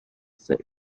said